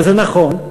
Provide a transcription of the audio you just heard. וזה נכון,